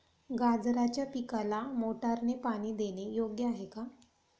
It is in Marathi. गाजराच्या पिकाला मोटारने पाणी देणे योग्य आहे का?